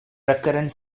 recurrent